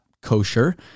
kosher